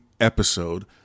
episode